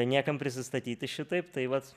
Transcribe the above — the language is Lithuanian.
niekam prisistatyti šitaip tai vat